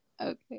Okay